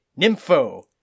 nympho